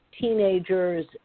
teenagers